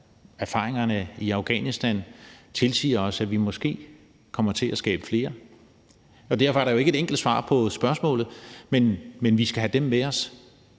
erfaringerne i Afghanistan tilsiger, at vi måske kommer til at skabe flere, og derfor er der jo ikke et enkelt svar på spørgsmålet. Men vi skal have dem med os